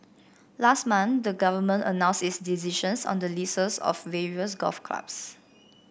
last month the Government announced its decisions on the leases of various golf clubs